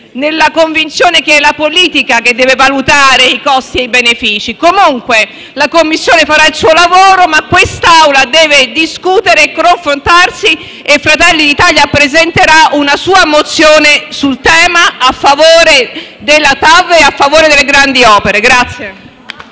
nella convinzione che sia la politica che deve valutare i costi e i benefici. Comunque, la commissione farà il suo lavoro ma quest'Assemblea deve discutere e confrontarsi e Fratelli d'Italia presenterà una sua mozione sul tema a favore della TAV e a favore delle grandi opere.